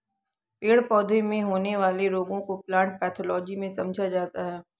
पेड़ पौधों में होने वाले रोगों को प्लांट पैथोलॉजी में समझा जाता है